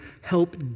help